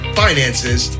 finances